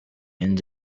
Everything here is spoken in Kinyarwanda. inzu